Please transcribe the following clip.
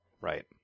Right